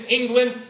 England